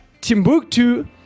Timbuktu